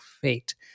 fate